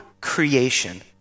creation